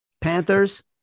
Panthers